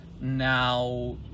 now